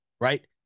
Right